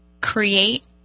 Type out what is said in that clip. create